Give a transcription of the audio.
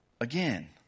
again